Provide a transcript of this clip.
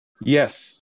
Yes